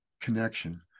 connection